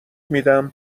میدمهر